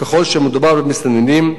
ככל שמדובר במסתננים,